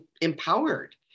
empowered